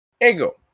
Ego